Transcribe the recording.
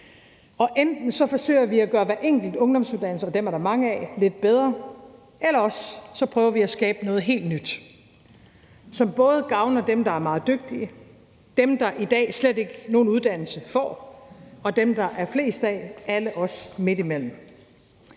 Og enten forsøger vi at gøre de enkelte ungdomsuddannelser – og dem er der mange af – lidt bedre, eller også prøver vi at skabe noget helt nyt, som både gavner dem, der er meget dygtige, dem, der i dag slet ikke får nogen uddannelse, og dem, der er flest af, altså alle os midtimellem.